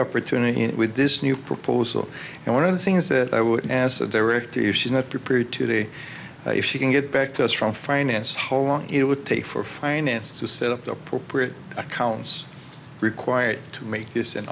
opportunity and with this new proposal and one of the things that i would as a director you should not be period today if she can get back to us from finance hole long it would take for finance to set up the appropriate accounts required to make this an